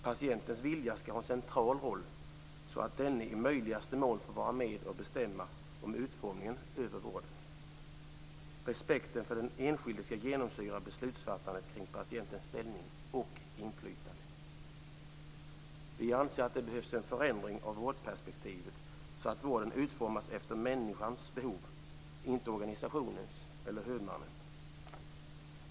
Patientens vilja skall ha en central roll, så att denna i möjligaste mån får vara med och bestämma om utformningen av vården. Respekten för den enskilde skall genomsyra beslutsfattandet kring patientens ställning och inflytande. Vi anser att det behövs en förändring av vårdperspektivet så att vården utformas efter människans behov, inte organisationen eller huvudmannen.